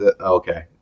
Okay